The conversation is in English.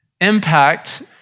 impact